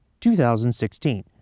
2016